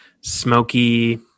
smoky